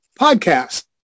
podcast